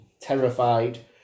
terrified